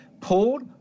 pulled